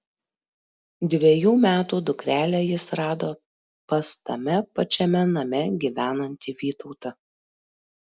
dvejų metų dukrelę jis rado pas tame pačiame name gyvenantį vytautą